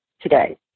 today